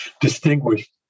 distinguished